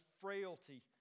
frailty